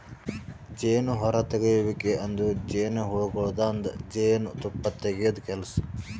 ಜೇನು ಹೊರತೆಗೆಯುವಿಕೆ ಅಂದುರ್ ಜೇನುಹುಳಗೊಳ್ದಾಂದು ಜೇನು ತುಪ್ಪ ತೆಗೆದ್ ಕೆಲಸ